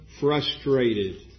frustrated